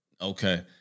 Okay